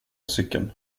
cykeln